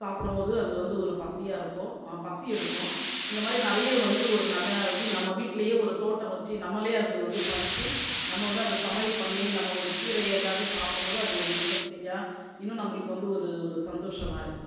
சாப்பிடும் போது அது வந்து ஒரு பசியாக இருக்கும் பசி எடுக்கும் இந்த மாதிரி நிறைய வந்து ஒரு நல்ல நம்ம வீட்டிலையே ஒரு தோட்டம் வைச்சு நம்மளே அதை வந்து பறிச்சு நம்ம வந்து அதை சமையல் பண்ணி நம்ம ஒரு கீரையை இல்லாது சாப்பிடும் போது அது ஒரு இண்ட்ரஸ்டிங்காக இன்னும் நம்மளுக்கு வந்து ஒரு ஒரு சந்தோஷமாக இருக்கும்